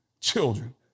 children